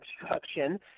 obstruction